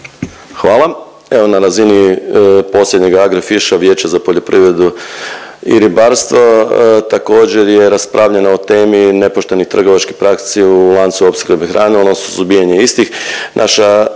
Hvala. Evo na razini posljednjeg AGRIFISH-a Vijeća za poljoprivredu i ribarstvo također je raspravljano o temi nepoštenih trgovačkih praksi u lancu opskrbe hranom odnosno suzbijanje istih.